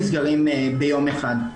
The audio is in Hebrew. נסגרים ביום אחד.